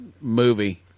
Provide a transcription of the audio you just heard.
movie